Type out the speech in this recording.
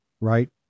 right